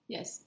Yes